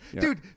Dude